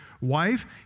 wife